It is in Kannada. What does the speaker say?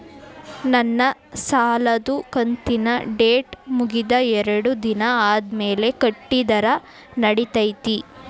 ನನ್ನ ಸಾಲದು ಕಂತಿನ ಡೇಟ್ ಮುಗಿದ ಎರಡು ದಿನ ಆದ್ಮೇಲೆ ಕಟ್ಟಿದರ ನಡಿತೈತಿ?